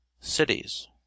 cities